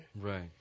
Right